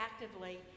actively